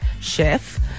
chef